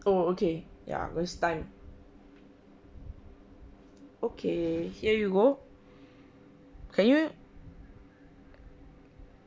oh okay ya loose time okay here you go can you